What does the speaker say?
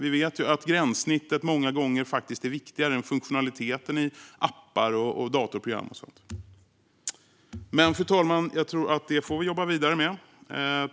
Vi vet att gränssnittet många gånger är viktigare än funktionaliteten i appar, dataprogram och sådant. Men, fru talman, det får vi jobba vidare med.